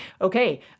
Okay